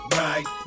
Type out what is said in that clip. right